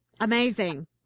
Amazing